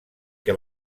que